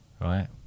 Right